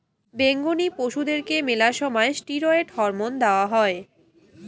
বেঙনি পশুদেরকে মেলা সময় ষ্টিরৈড হরমোন দেওয়া হই